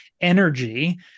energy